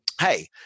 hey